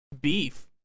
beef